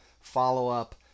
follow-up